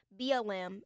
BLM